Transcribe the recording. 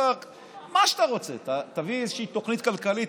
מה שאתה רוצה: תביא איזושהי תוכנית כלכלית,